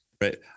right